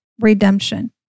redemption